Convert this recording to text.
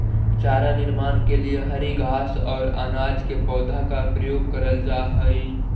चारा निर्माण के लिए हरी घास और अनाज के पौधों का प्रयोग करल जा हई